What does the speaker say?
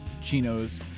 Chino's